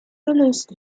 gelöst